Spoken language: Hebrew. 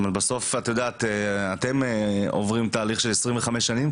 בסוף, את יודעת, אתם עוברים תהליך של 25 שנים.